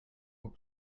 vous